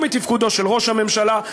ומתפקודו של ראש הממשלה,